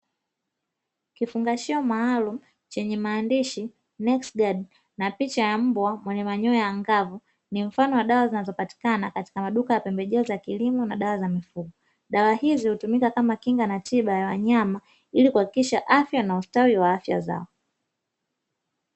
Kifungashio maalumu chenye maandishi “nexguard” na picha ya mbwa mwenye manyoya angavu, ni mfano wa dawa zinazopatikana katika maduka ya pembejeo za kilimo na dawa za mifugo. Dawa hizi hutumika kama kinga na tiba ya wanyama ili kuhakikisha afya na ustawi wa afya zao.